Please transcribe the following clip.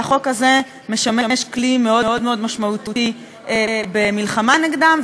והחוק הזה משמש כלי מאוד מאוד משמעותי במלחמה נגדם,